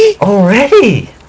Already